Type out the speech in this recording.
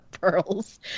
pearls